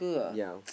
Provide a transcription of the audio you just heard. yea